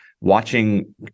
watching